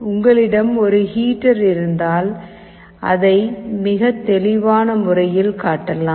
உங்களிடம் ஒரு ஹீட்டர் இருந்தால் அதை மிக தெளிவான முறையில் காட்டலாம்